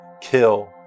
kill